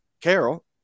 Carol